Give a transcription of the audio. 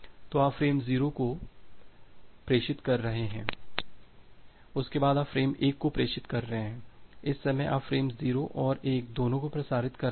तो आप फ़्रेम 0 को प्रेषित कर रहे हैं उसके बाद आप फ़्रेम 1 को प्रेषित कर रहे हैं इस समय आप फ़्रेम 0 और 1 दोनों को प्रसारित कर रहे हैं